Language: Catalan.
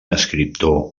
escriptor